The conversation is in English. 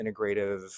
integrative